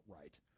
right